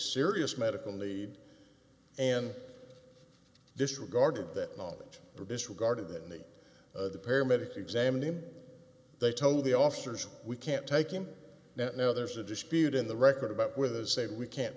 serious medical need and disregarded that knowledge disregarded that any of the paramedics examined him they told the officers we can't take him now there's a dispute in the record about whether say we can't